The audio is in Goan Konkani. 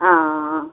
आं आं आं